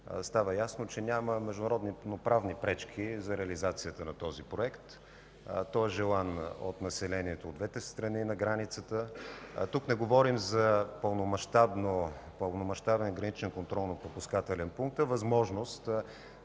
Става ясно, че няма международно-правни пречки за реализацията на този проект. Той е желан от населението от двете страни на границата. Тук не говорим за пълномащабен граничен контролно-пропускателен пункт, а за възможност